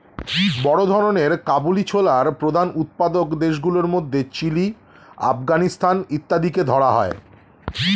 বড় ধরনের কাবুলি ছোলার প্রধান উৎপাদক দেশগুলির মধ্যে চিলি, আফগানিস্তান ইত্যাদিকে ধরা হয়